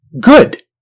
good